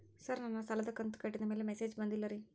sir ನನ್ನ ಸಾಲದ ಕಂತು ಕಟ್ಟಿದಮೇಲೆ ಮೆಸೇಜ್ ಬಂದಿಲ್ಲ ರೇ